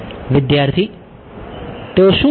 વિદ્યાર્થી તેઓ શું હશે